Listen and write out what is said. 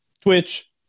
Twitch